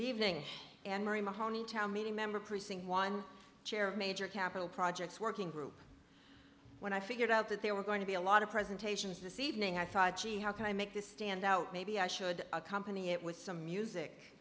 evening and marie mahoney town meeting member precinct one chair of major capital projects working group when i figured out that they were going to be a lot of presentations this evening i thought gee how can i make this stand out maybe i should accompany it with some music